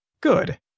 Good